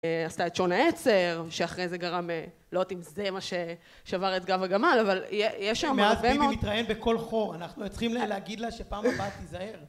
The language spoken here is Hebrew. עשתה את שעון העצר שאחרי זה גרם לא יודעת אם זה מה ששבר את גב הגמל אבל יש שם הרבה מאוד, מאז ביבי מתראיין בכל חור אנחנו צריכים להגיד לה שפעם הבאה תיזהר